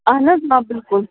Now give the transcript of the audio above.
اہَن حظ آ بِلکُل